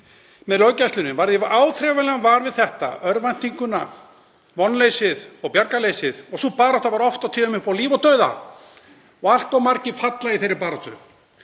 með löggæslunni varð ég áþreifanlega var við þetta, örvæntinguna, vonleysið og bjargarleysið, og sú barátta var oft og tíðum upp á líf og dauða. Allt of margir falla í þeirri baráttu.